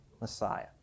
Messiah